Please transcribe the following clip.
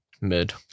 Mid